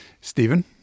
Stephen